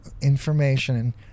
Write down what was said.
information